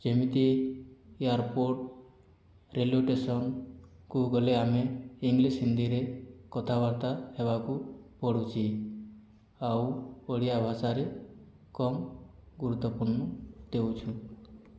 ଯେମିତି airport railway ଷ୍ଟେସନକୁ ଗଲେ ଆମେ ଇଙ୍ଗ୍ଲିଶ ହିନ୍ଦୀରେ କଥା ବାର୍ତ୍ତା ହେବାକୁ ପଡ଼ୁଛି ଆଉ ଓଡ଼ିଆ ଭାଷାରେ କମ୍ ଗୁରୁତ୍ୱପୂର୍ଣ୍ଣ ଦେଉଛି